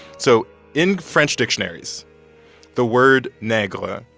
so in french dictionaries the word negre,